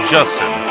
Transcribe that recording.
Justin